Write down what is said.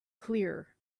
clear